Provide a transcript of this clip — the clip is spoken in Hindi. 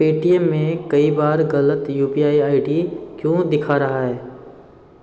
पेटीएम में कई बार गलत U P I I D क्यों दिखा रहा है